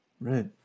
Right